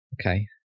okay